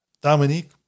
Dominique